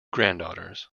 granddaughters